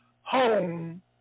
home